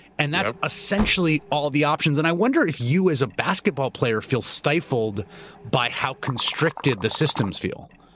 and that's essentially all the options and i wonder if you as a basketball player feel stifled by how constricted the systems feel?